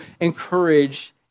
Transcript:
encourage